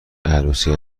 عروسی